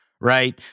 right